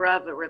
חברה ורווחה.